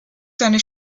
seine